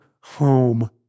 home